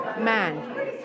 man